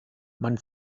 man